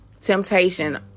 temptation